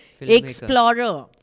Explorer